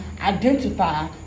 identify